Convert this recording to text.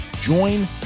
join